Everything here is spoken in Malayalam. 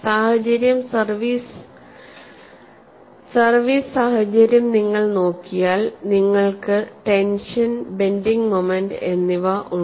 സെർവിസ് സാഹചര്യം നിങ്ങൾ നോക്കിയാൽ നിങ്ങൾക്ക് ടെൻഷൻ ബെൻഡിങ് മോമെന്റ്റ് എന്നിവ ഉണ്ട്